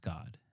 God